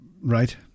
Right